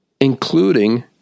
including